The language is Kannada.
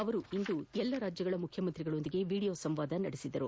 ಅವರು ಇಂದು ಎಲ್ಲ ರಾಜ್ಯಗಳ ಮುಖ್ಯಮಂತ್ರಿಗಳೊಂದಿಗೆ ವಿಡಿಯೋ ಸಂವಾದ ನಡೆಸಿದರು